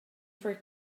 for